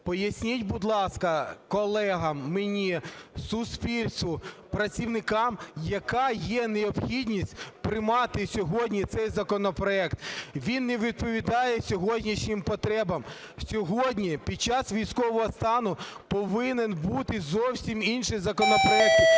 Поясніть, будь ласка, колегам, мені, суспільству, працівникам, яка є необхідність приймати сьогодні цей законопроект? Він не відповідає сьогоднішнім потребам. Сьогодні, під час військового стану повинні бути зовсім інші законопроекти,